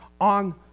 on